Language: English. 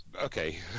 Okay